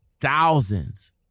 thousands